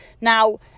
Now